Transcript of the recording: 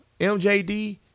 MJD